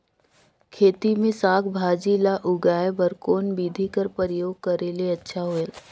खेती मे साक भाजी ल उगाय बर कोन बिधी कर प्रयोग करले अच्छा होयल?